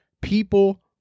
people